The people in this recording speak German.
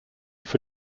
für